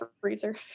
freezer